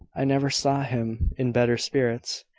i never saw him in better spirits.